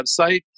website